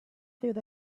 through